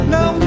Now